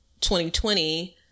2020